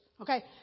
okay